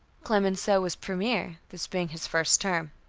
clemenceau was premier, this being his first term.